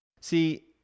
See